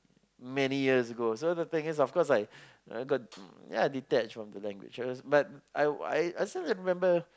many years ago so the thing is of course I ya got detached from the language but I I still can remember